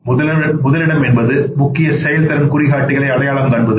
எனவே முதலிடம் என்பது முக்கிய செயல்திறன் குறிகாட்டிகளை அடையாளம் காண்பது